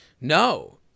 No